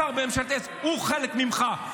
שר בממשלת ישראל הוא חלק ממך,